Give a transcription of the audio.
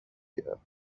you